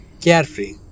Carefree